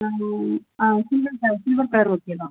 silver colour silver colour okay தான்